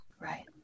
Right